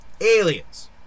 aliens